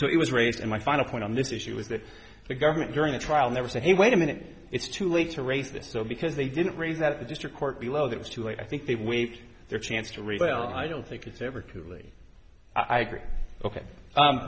so it was raised and my final point on this issue is that the government during the trial never said he wait a minute it's too late to raise this so because they didn't raise that the district court below that was too late i think they waived their chance to read well i don't think it's ever clearly i agree ok